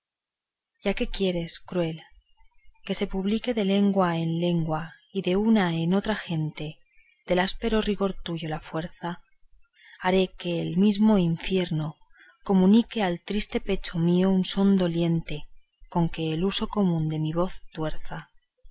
ya que quieres cruel que se publique de lengua en lengua y de una en otra gente del áspero rigor tuyo la fuerza haré que el mesmo infierno comunique al triste pecho mío un son doliente con que el uso común de mi voz tuerza